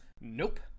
Nope